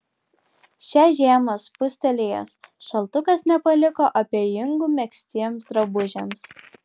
šią žiemą spustelėjęs šaltukas nepaliko abejingų megztiems drabužiams